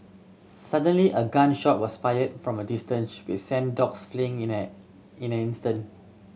suddenly a gun shot was fired from a distance which sent dogs fleeing in an in an instant